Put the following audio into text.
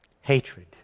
hatred